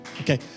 Okay